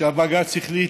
שבג"ץ החליט,